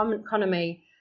economy